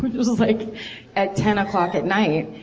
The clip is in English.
which was like at ten o'clock at night,